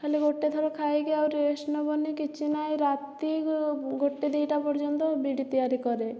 ଖାଲି ଗୋଟେଥର ଖାଇକି ଆଉ ରେଷ୍ଟ ନେବନି କିଛି ନାହିଁ ରାତି ଗୋଟେ ଦୁଇଟା ପର୍ଯ୍ୟନ୍ତ ବିଡ଼ି ତିଆରି କରେ